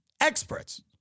experts